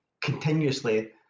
continuously